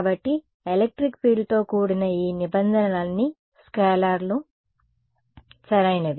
కాబట్టి ఎలక్ట్రిక్ ఫీల్డ్తో కూడిన ఈ నిబంధనలన్నీ స్కేలర్లు సరైనవి